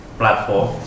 platform